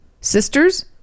Sisters